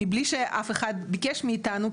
בלי שאף אחד ביקש מאיתנו,